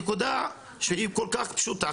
הנקודה כל כך פשוטה.